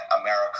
America